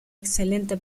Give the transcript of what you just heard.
excelente